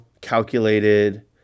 calculated